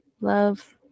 love